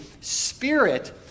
Spirit